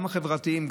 גם החברתיים,